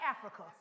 Africa